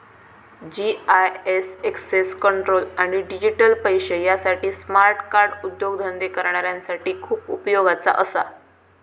GIS access control आणि digital पैशे यासाठी स्मार्ट कार्ड उद्योगधंदे करणाऱ्यांसाठी खूप उपयोगाचा असा